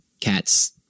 Cats